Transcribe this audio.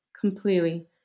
completely